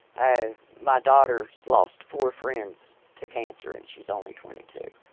ah my daughter's lost four friends to cancer and she's only twenty two.